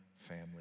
family